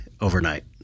overnight